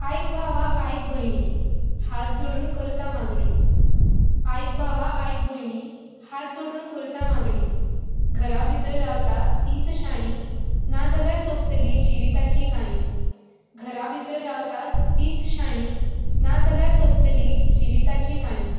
आयक भावा आयक भयणी हात जोडून करता मागणी आयक भावा आयक भयणी हात जोडून करता मागणी घरा भीतर रावता तींच शाणीं ना जाल्यार सोंपतली जिवीताची काणी घरा भितर रावतात तींच शाणीं ना जाल्यार सोंपतली जिवीताची काणी